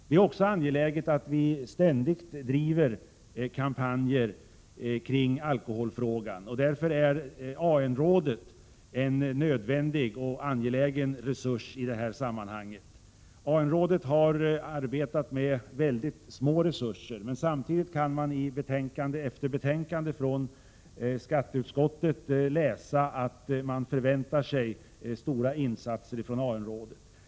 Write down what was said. Det är också angeläget att vi ständigt driver kampanjer kring alkoholfrågan. Därför är AN-rådet en nödvändig och angelägen resurs i det sammanhanget. AN-rådet har arbetat med väldigt små resurser, men samtidigt kan vi i betänkande efter betänkande från skatteutskottet läsa att man förväntar sig stora insatser från AN-rådet.